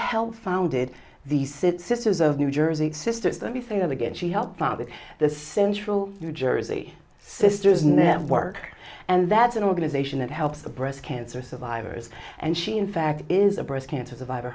helped founded the sit sisters of new jersey existence that we think of again she helped found the central new jersey sisters network and that's an organization that helps the breast cancer survivors and she in fact is a breast cancer survivor